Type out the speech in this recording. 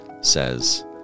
says